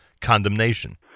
condemnation